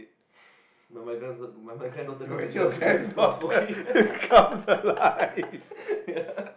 no my granddaughter my my granddaughter come and tells me to stop smoking yeah